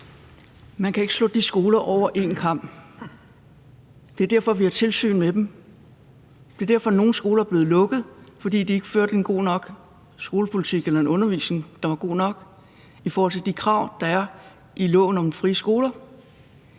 Man kan ikke skære de skoler over én kam. Det er derfor, vi har tilsyn med dem. Det er derfor, nogle skoler er blevet lukket: Fordi de ikke førte en god nok skolepolitik eller gav en undervisning, der var god nok i forhold til de krav, der er i loven om de frie skoler.